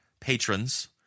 patrons